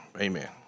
amen